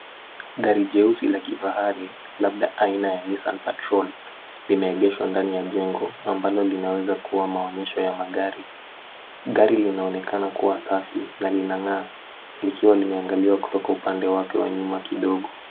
Gari jeusi la kifahari labda aina ya nissan patrol limeegeshwa ndani ya jengo ambalo linaweza kuwa maonyesho ya magari. Gari linaonekana kuwa safi na linang'aa likiwa limeangaliwa kutoka upande wake wa nyuma kidogo.